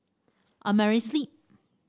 Amerisleep